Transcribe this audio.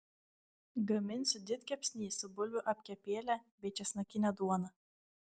gaminsiu didkepsnį su bulvių apkepėle bei česnakine duona